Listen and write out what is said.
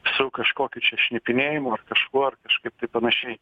su kažkokiu čia šnipinėjimu ar kažkuo ar kažkaip tai panašiai